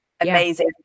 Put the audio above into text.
amazing